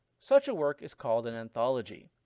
such a work is called an anthology.